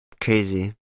crazy